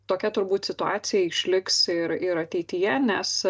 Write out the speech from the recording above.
tokia turbūt situacija išliks ir ir ateityje nes